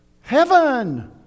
Heaven